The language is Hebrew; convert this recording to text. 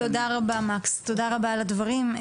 תודה רבה על הדברים.